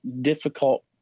difficult